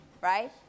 right